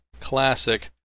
classic